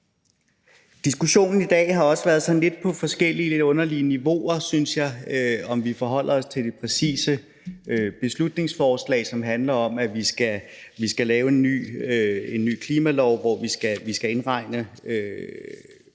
Diskussionen i dag har også været lidt på forskellige, lidt underlige niveauer: om vi forholder os til det præcise beslutningsforslag, som handler om, at vi skal lave en ny klimalov, hvor vi skal indregne